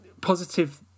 positive